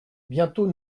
bientôt